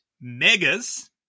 Megas